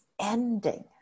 ending